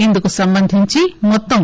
ఇందుకు సంబంధించి మొత్తం